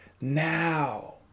now